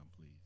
please